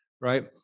right